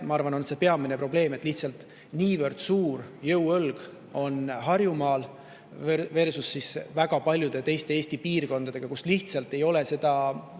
ma arvan, on peamine probleem, et lihtsalt niivõrd suur jõuõlg on Harjumaalversusväga paljud teised Eesti piirkonnad, kus lihtsalt ei ole jõudu